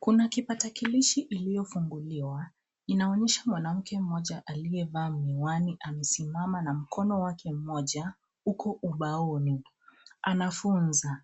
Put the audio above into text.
Kuna kipatakilishi iliyofunguliwa inaonesha mwanamke mmoja aliyevaa miwani ,amesimama na mkono wake mmoja, huko ubaoni anafunza.